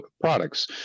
products